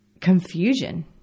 confusion